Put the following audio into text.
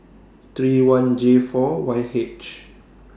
three one J four Y H